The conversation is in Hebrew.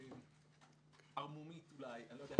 תודה.